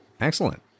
excellent